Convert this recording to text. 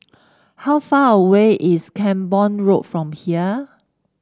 how far away is Camborne Road from here